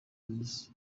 evans